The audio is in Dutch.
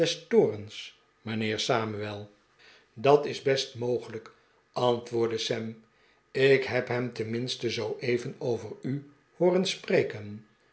mijnheer samuel dat is best mogelijk antwoordde sam ik heb hem tenminste zooeven over u hooren spreken